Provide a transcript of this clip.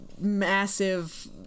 massive